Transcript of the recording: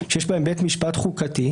שיש בהן בית משפט חוקתי,